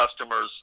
customers